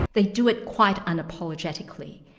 they do it quite unapologetically,